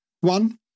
One